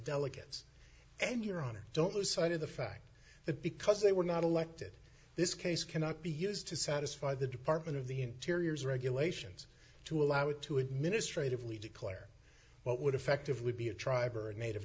delegates and your honor don't lose sight of the fact that because they were not elected this case cannot be used to satisfy the department of the interior's regulations to allow it to administratively declare what would effectively be a tribe or a native